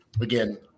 again